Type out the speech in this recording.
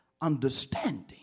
understanding